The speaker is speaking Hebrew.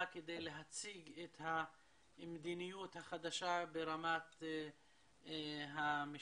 כדי להציג את המדיניות החדשה ברמת המשטרה.